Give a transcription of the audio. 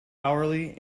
hourly